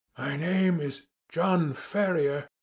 my name is john ferrier,